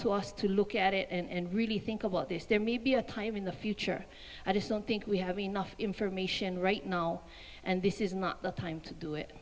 to us to look at it and really think about this there may be a time in the future i just don't think we have enough information right now and this is not the time to do it